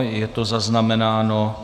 Je to zaznamenáno.